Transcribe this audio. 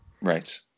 right